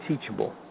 teachable